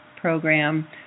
program